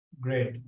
Great